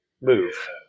move